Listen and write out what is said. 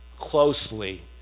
closely